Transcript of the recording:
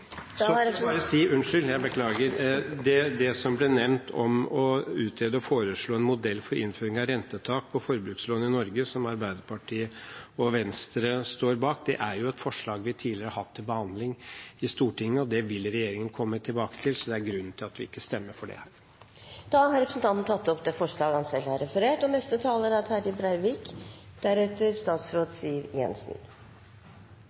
si at det som ble nevnt om å utrede og foreslå en modell for innføring av rentetak på forbrukslån i Norge, som Arbeiderpartiet og Venstre står bak, er et forslag vi tidligere har hatt til behandling i Stortinget. Det vil regjeringen komme tilbake til, og det er grunnen til at vi ikke stemmer for det her. Representanten Hans Olav Syversen har tatt opp det forslaget han